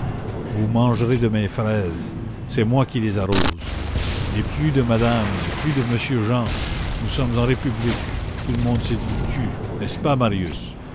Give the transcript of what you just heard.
vous mangerez de mes fraises c'est moi qui les arrose et plus de madame et plus de monsieur jean nous sommes en république tout le monde se dit tu n'est-ce pas marius